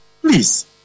please